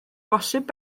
posib